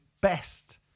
best